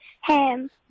ham